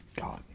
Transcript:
God